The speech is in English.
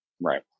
right